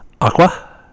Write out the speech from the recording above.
aqua